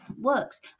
works